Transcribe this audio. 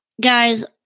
Guys